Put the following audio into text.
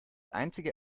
einzige